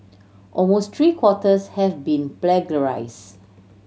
almost three quarters has been plagiarise